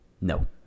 no